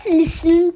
listen